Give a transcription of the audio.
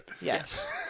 Yes